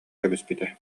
кэбиспитэ